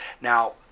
Now